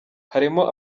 harimo